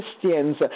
Christians